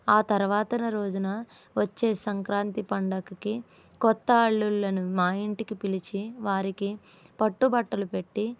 ఆ తర్వాతన రోజున వచ్చే సంక్రాంతి పండగకి కొత్త అల్లుళ్ళను మా ఇంటికి పిలిచి వారికి పట్టుబట్టలు పెట్టి